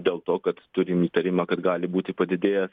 dėl to kad turim įtarimą kad gali būti padidėjęs